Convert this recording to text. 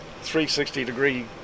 360-degree